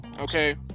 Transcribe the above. Okay